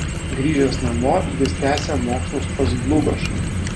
grįžęs namo jis tęsė mokslus pas dlugošą